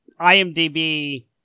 IMDb